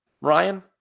Ryan